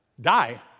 Die